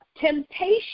temptation